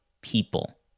people